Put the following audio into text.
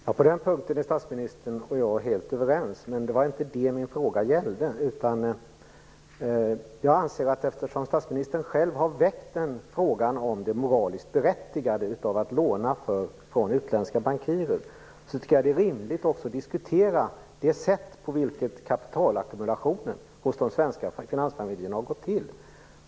Fru talman! På den punkten är statsministern och jag helt överens, men det var inte det min fråga gällde. Jag anser att eftersom statsministern själv har väckt frågan om det moraliskt berättigade i att låna från utländska bankirer är det också rimligt att diskutera det sätt på vilket kapitalackumulationen hos de svenska finansfamiljerna har gått till.